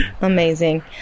Amazing